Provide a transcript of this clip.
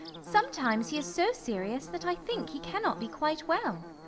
sometimes he is so serious that i think he cannot be quite well.